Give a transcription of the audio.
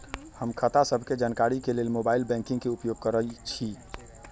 हम खता सभके जानकारी के लेल मोबाइल बैंकिंग के उपयोग करइछी